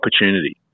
opportunity